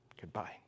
Goodbye